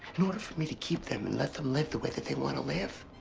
in order for me to keep them and let them live the way that they want to live,